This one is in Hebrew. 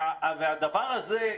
והדבר הזה,